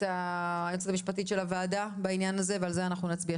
המשפטית של הוועדה בעניין הזה ועליו נצביע,